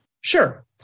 Sure